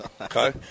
Okay